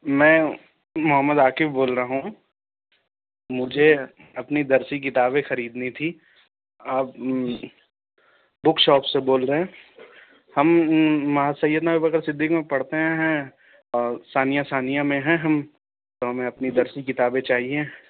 میں محمد عاقب بول رہا ہوں مجھے اپنی درسی کتابیں خریدنی تھی آپ بک شاپ سے بول رہے ہیں ہم سیدنا ابوبکر صدیق میں پڑھتے ہیں اور ثانیہ ثانیہ میں ہیں ہم تو ہمیں اپنی درسی کتابیں چاہیے